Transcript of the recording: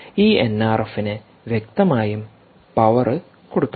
ഈ എൻആർഎഫിന് വ്യക്തമായും പവർ കൊടുക്കണം